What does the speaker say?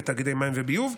לתאגידי מים וביוב.